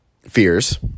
fears